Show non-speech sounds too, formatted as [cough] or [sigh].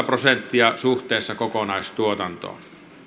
[unintelligible] prosenttia suhteessa kokonaistuotantoon